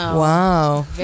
wow